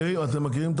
אתם מכירים את